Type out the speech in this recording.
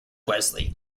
wesley